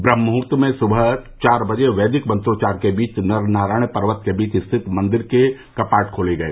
ब्रह्म मुहुर्त में सुबह चार बजे वैदिक मंत्रोच्चार के बीच नर नारायण पर्वत के बीच स्थित मंदिर के कपाट खोले गए